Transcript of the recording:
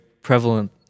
prevalent